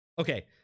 Okay